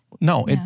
no